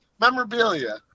Memorabilia